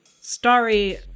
starry